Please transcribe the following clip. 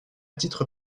titre